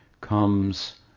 comes